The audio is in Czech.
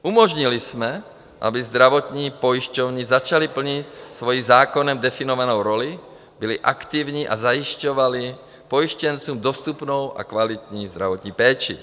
Umožnili jsme, aby zdravotní pojišťovny začaly plnit svoji zákonem definovanou roli, byly aktivní a zajišťovaly pojištěncům dostupnou a kvalitní zdravotní péči.